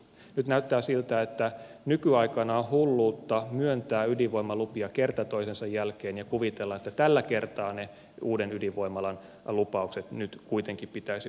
nyt näyttää siltä että nykyaikana on hulluutta myöntää ydinvoimalupia kerta toisensa jälkeen ja kuvitella että tällä kertaa ne uuden ydinvoimalan lupaukset nyt kuitenkin pitäisivät paikkansa